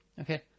Okay